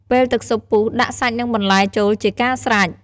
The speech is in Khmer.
ពេលទឹកស៊ុបពុះដាក់សាច់និងបន្លែចូលជាការស្រេច។